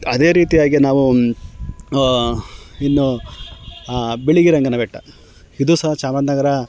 ಅದೇ ರೀತಿಯಾಗಿ ನಾವು ಇನ್ನೂ ಬಿಳಿಗಿರಿ ರಂಗನ ಬೆಟ್ಟ ಇದು ಸಹ ಚಾಮರಾಜನಗರ